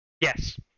Yes